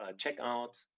checkout